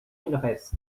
villerest